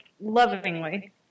lovingly